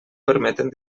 permeten